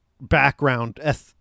background